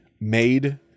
made